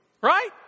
right